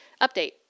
update